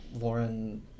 Lauren